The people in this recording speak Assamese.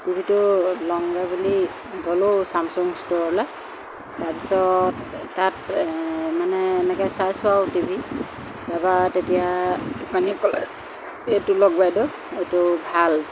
টিভিটো লওঁগৈ বুলি গ'লোঁ চামচং ষ্ট'ৰলৈ তাৰপিছত তাত মানে এনেকৈ চাইছোঁ আৰু টিভি তাৰপৰা তেতিয়া দোকানীয়ে ক'লে এইটো লওক বাইদেউ এইটো ভাল